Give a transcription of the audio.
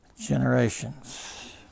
generations